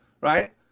Right